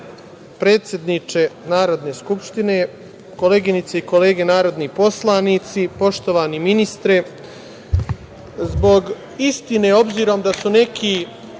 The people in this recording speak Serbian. predsedniče Narodne skupštine, koleginice i kolege narodni poslanici, poštovani ministre, zbog istine, obzirom da su neki